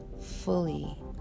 fully